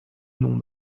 noms